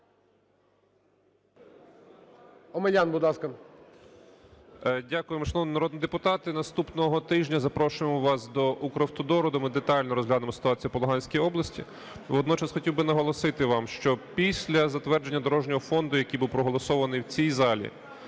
Дякую. Шановні народні депутати, наступного тижня запрошуємо вас до "Укравтодору", де ми детально розглянемо ситуацію по Луганській області. Водночас хотів би наголосити вам, що після затвердження дорожнього фонду, який був проголосований в цій залі,